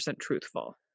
truthful